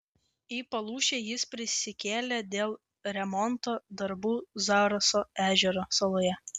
į palūšę jis persikėlė dėl remonto darbų zaraso ežero saloje